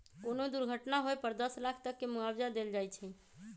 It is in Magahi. कोनो दुर्घटना होए पर दस लाख तक के मुआवजा देल जाई छई